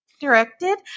directed